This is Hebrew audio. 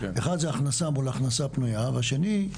אחד זה הכנסה מול הכנסה פנויה והשני,